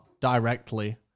directly